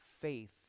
faith